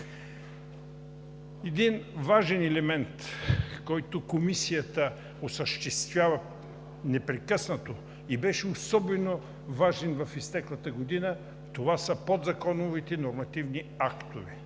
Един важен елемент, който Комисията осъществява непрекъснато и беше особено важен в изтеклата година, това са подзаконовите нормативни актове.